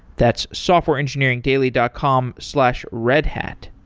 that's softwareengineeringdaily dot com slash redhat.